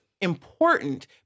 important